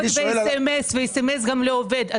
קוד ואס.אמ.אס ואס.אמ.אס גם לא עובד.